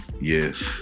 yes